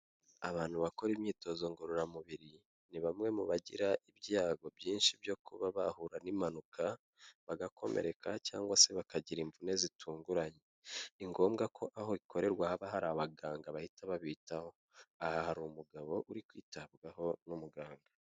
Abantu bakora imyitozo ngororamubiri, ni bamwe mu bagira ibyago byinshi byo kuba bahura n'impanuka, bagakomereka cyangwa se bakagira imvune zitunguranye. Ni ngombwa ko aho bikorerwa haba hari abaganga bahita babitaho. Aha hari umugabo uri kwitabwaho n'umuganga.